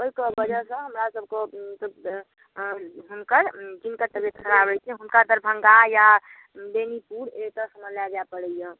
एहिके वजहसँ हमरासबके हुनकर जिनकर तबीअत खराब होइत छै हुनका दरभङ्गा या बेनीपुर एतऽ सबमे लए जाए पड़ैया